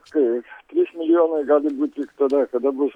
kai trys milijonai gali būt tik tada kada bus